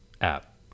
app